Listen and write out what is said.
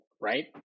right